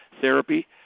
therapy